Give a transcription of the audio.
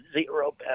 zero